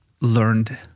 learned